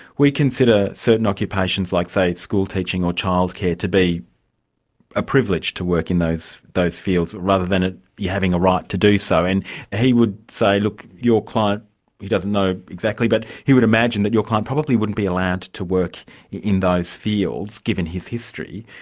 we consider certain occupations, like say school teaching or child care to be a privilege to work in those fields rather than ah you having a right to do so. and he would say, look, your client he doesn't know exactly, but he would imagine that your client probably wouldn't be allowed to to work in those fields, given his history.